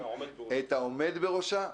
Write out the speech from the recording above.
את העומד בראשה וחבריה.